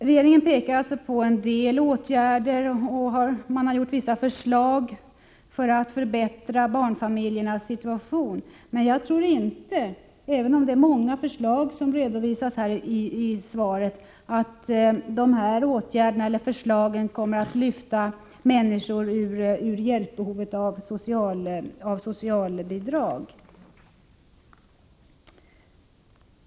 Regeringen framhåller alltså en del åtgärder och har gjort vissa förslag för att förbättra barnfamiljernas situation, men jag tror inte — även om det är många förslag som redovisas i interpellationssvaret — att dessa förslag kommer att lyfta människor ur deras behov av hjälp via socialbidrag.